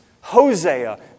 Hosea